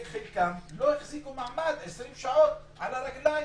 חלקם לא החזיקו מעמד 20 שעות על הרגליים.